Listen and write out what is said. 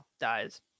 dies